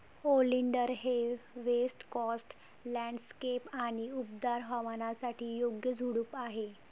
oleander हे west coast landscape आणि उबदार हवामानासाठी योग्य झुडूप आहे